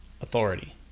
authority